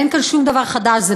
אבל אין כאן שום דבר חדש.